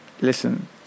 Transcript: Listen